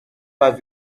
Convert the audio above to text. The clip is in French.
pas